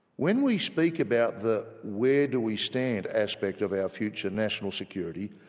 when we speak about the where do we stand aspect of our future national security,